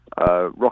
rock